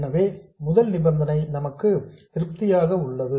எனவே முதல் நிபந்தனை நமக்கு திருப்தியாக உள்ளது